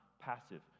passive